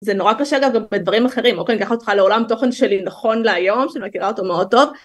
זה נורא קשה גם בדברים אחרים, אוקיי? אני אקח אותך לעולם תוכן שלי נכון להיום, שאני מכירה אותו מאוד טוב.